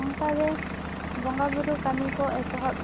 ᱚᱱᱠᱟ ᱜᱮ ᱵᱚᱸᱜᱟ ᱵᱳᱨᱳ ᱠᱟᱹᱢᱤ ᱠᱚ ᱮᱛᱚᱦᱚᱵ